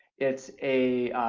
it's a